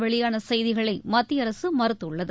வெளியான செய்திகளைம மத்திய அரசு மறுத்துள்ளது